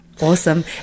Awesome